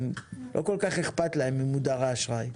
לא כל כך אכפת להם ממודרי אשראי.